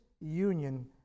union